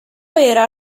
ero